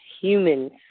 humans